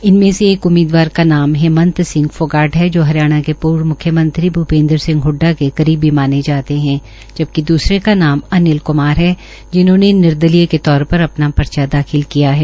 इनमें से एक उम्मीदवार का नाम हेंमत सिंह फोगाट है जो हरियाणा के पूर्व मुख्यमंत्री भूपेन्द्र हडडा के करीबी माने जाते है जबकि दूसरे का नाम अनिल कुमार है जिन्होंने निर्दलीय के तौर पर अपना पर्चा दाखिल किया है